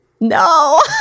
No